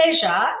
pleasure